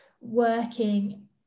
working